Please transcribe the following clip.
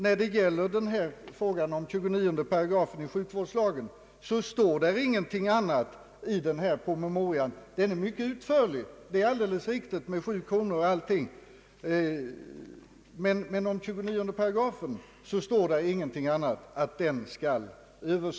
När det gäller frågan om sjukvårdslagens 29 § står i den aktuella promemorian inte något annat än att denna paragraf skall ses över, hur utförlig promemorian än är i övrigt beträffande 7-kronorstaxan m.m.